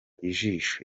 ijisho